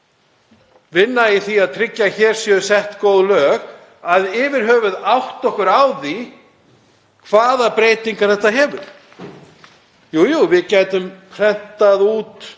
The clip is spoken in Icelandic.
vinna í því að tryggja að hér séu sett góð lög að yfir höfuð átta okkur á því hvaða breytingar þetta hefur í för með sér. Jú, jú, við gætum prentað út